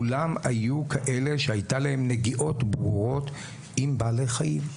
כולם היו כאלה שהיו להם נגיעות ברורות עם בעלי חיים.